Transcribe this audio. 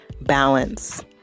balance